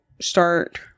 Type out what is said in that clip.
start